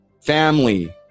family